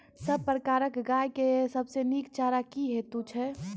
सब प्रकारक गाय के सबसे नीक चारा की हेतु छै?